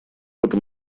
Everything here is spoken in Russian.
этом